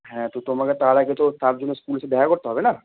হ্যাঁ তো তোমাকে তার আগে তো তার জন্য স্কুল এসে দেখা করতে হবে না